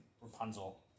Rapunzel